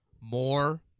more